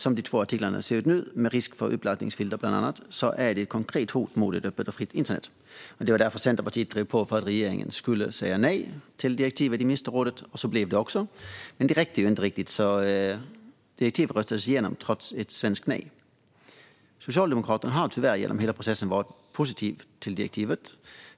Som de två artiklarna ser ut nu, med risk för bland annat uppladdningsfilter, är de ett konkret hot mot ett öppet och fritt internet. Det var därför Centerpartiet drev på för att regeringen skulle säga nej till direktivet i ministerrådet. Så blev det också, men det räckte inte. Direktivet röstades igenom trots ett svenskt nej. Socialdemokraterna har tyvärr genom hela processen varit positiva till direktivet.